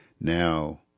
now